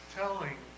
telling